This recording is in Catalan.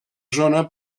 zona